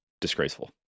disgraceful